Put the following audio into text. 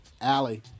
Allie